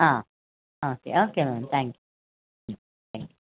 ಹಾಂ okay okay ma'am thank you ಹ್ಞೂ by